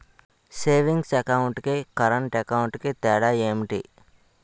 Savings account కి current account కి తేడా ఏమిటి?